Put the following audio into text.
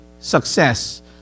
Success